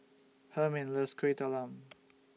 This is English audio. Hermine loves Kueh Talam